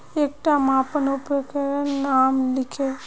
एकटा मापन उपकरनेर नाम लिख?